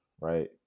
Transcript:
right